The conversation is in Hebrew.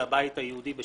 לבית היהודי,